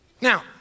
Now